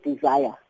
desire